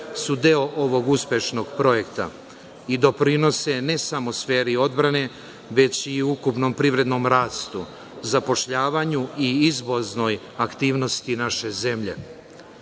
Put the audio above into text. su deo ovog uspešnog projekta i doprinose ne samo sferi odbrane, već i ukupnom privrednom rastu, zapošljavanju i izvoznoj aktivnosti naše zemlje. Ne